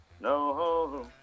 no